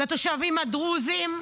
לתושבים הדרוזים,